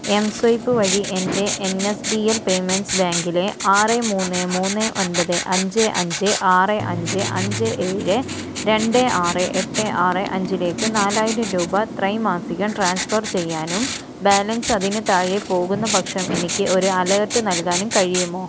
M swipe വഴി എൻ്റെ N S D L payments ബാങ്കിലെ ആറ് മൂന്ന് മൂന്ന് ഒൻപത് അഞ്ച് അഞ്ച് അഞ്ച് ആറ് അഞ്ച് അഞ്ച് ഏഴ് രണ്ട് ആറ് എട്ട് ആറ് അഞ്ചിലേക്ക് നാലായിരം രൂപ ത്രൈമാസികം ട്രാൻസ്ഫർ ചെയ്യാനും ബാലൻസ് അതിന് താഴെ പോകുന്ന പക്ഷം എനിക്ക് ഒരു അലേർട്ട് നൽകാനും കഴിയുമോ